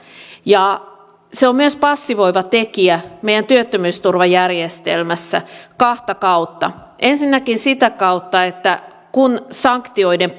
ja se on myös passivoiva tekijä meidän työttömyysturvajärjestelmässä kahta kautta ensinnäkin sitä kautta että kun sanktioiden